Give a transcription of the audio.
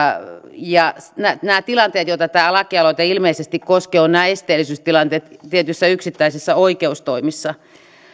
silloin valtuutettu on esteellinen nämä tilanteet joita tämä lakialoite ilmeisesti koskee ovat nämä esteellisyystilanteet tietyissä yksittäisissä oikeustoimissa